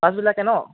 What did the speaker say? পাছবেলাকৈ ন'